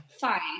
Fine